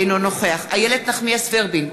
אינו נוכח איילת נחמיאס ורבין,